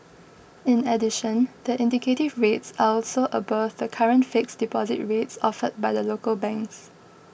in addition the indicative rates are also above the current fixed deposit rates offered by the local banks